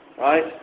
Right